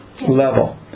level